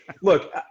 look